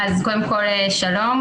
שלום,